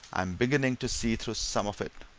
i'm beginning to see through some of it!